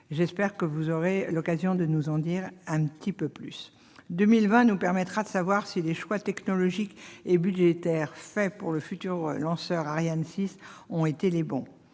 J'espère que vous aurez l'occasion de nous en dire un peu plus. L'année 2020 nous permettra de savoir si les choix technologiques et budgétaires pour le futur lanceur Ariane 6 ont été les bons.